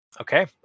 Okay